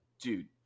Dude